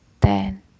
ten